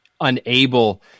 unable